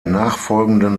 nachfolgenden